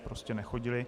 Prostě nechodily.